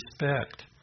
respect